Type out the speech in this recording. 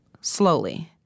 slowly